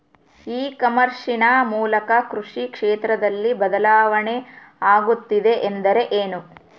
E commerce ನ ಮೂಲಕ ಕೃಷಿ ಕ್ಷೇತ್ರದಲ್ಲಿ ಬದಲಾವಣೆ ಆಗುತ್ತಿದೆ ಎಂದರೆ ಏನು?